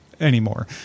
anymore